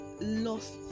lost